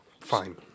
Fine